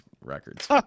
records